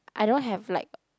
I don't have like